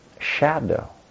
shadow